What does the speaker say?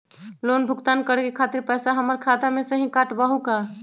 Loan भुगतान करे के खातिर पैसा हमर खाता में से ही काटबहु का?